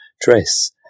dress